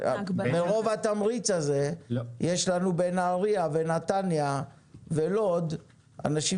מרוב התמריץ הזה יש לנו בנהריה ונתניה ולוד אנשים